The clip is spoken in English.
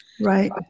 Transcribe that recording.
Right